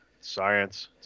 Science